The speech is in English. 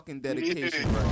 dedication